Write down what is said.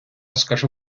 скажу